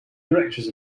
directors